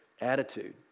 attitude